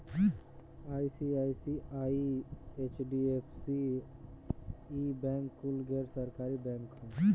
ICICI, HDFC, ई bank कुल गैर सरकारी बैंक ह